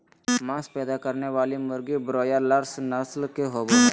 मांस पैदा करने वाली मुर्गी ब्रोआयालर्स नस्ल के होबे हइ